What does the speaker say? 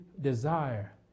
desire